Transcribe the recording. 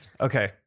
Okay